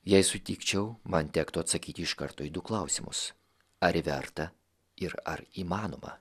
jei sutikčiau man tektų atsakyti iš karto į du klausimus ar verta ir ar įmanoma